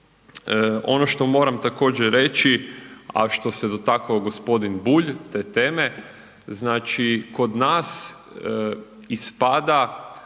Ono što moram također reći, a što se dotakao g. Bulj te teme, znači kod nas ispada